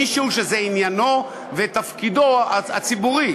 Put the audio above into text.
מישהו שזה עניינו ותפקידו הציבורי.